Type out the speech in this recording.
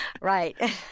Right